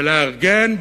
ולארגן,